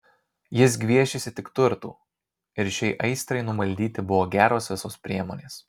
jis gviešėsi tik turtų ir šiai aistrai numaldyti buvo geros visos priemonės